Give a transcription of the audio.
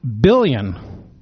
billion